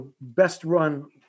best-run